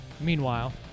Meanwhile